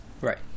right